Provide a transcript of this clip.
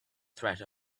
threat